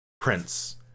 prince